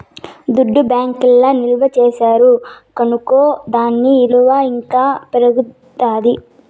దుడ్డు బ్యాంకీల్ల నిల్వ చేస్తారు కనుకో దాని ఇలువ ఇంకా పెరుగుతాది